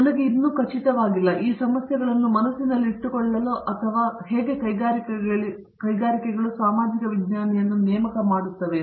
ನಾನು ಇನ್ನೂ ಖಚಿತವಾಗಿಲ್ಲ ಈ ಸಮಸ್ಯೆಗಳನ್ನು ಮನಸ್ಸಿನಲ್ಲಿ ಇಟ್ಟುಕೊಳ್ಳಲು ಅಥವಾ ಹೇಗೆ ಕೈಗಾರಿಕೆಗಳಿಗೆ ಸಾಮಾಜಿಕ ವಿಜ್ಞಾನಿಯನ್ನು ನೇಮಿಸಿಕೊಳ್ಳುತ್ತೇವೆ